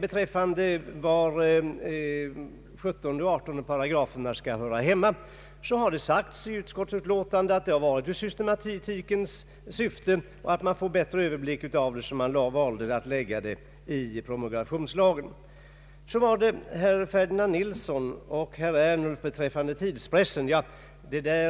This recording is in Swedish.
Beträffande frågan var 17 och 18 §§ hör hemma har det sagts i utskottsutlåtandet att man valde att lägga dem i promulgationslagen för att få en bättre systematik och överblick. Så var det herr Ferdinand Nilssons och herr Ernulfs uttalanden om tidspressen. Denna